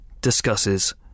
discusses